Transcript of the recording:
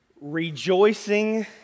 Rejoicing